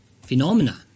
phenomena